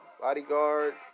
bodyguard